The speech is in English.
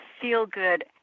feel-good